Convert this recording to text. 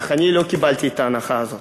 אך אני לא קיבלתי את ההנחה הזאת,